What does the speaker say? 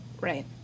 Right